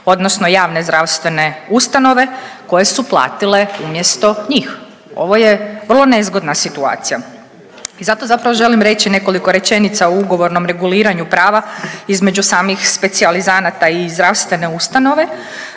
odnosno javne zdravstvene ustanove koje su platile umjesto njih. Ovo je vrlo nezgodna situacija. I zato zapravo želim reći nekoliko rečenica o ugovornom reguliranju prava između samih specijalizanata i zdravstvene ustanove.